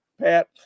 Pat